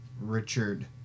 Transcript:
Richard